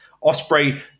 Osprey